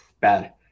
bad